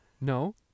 No